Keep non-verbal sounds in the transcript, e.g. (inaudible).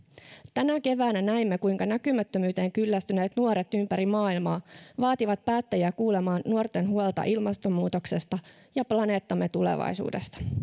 tänä keväänä näimme kuinka näkymättömyyteen kyllästyneet nuoret ympäri maailmaa vaativat päättäjiä kuulemaan nuorten huolta ilmastonmuutoksesta (unintelligible) (unintelligible) ja planeettamme tulevaisuudesta